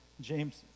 James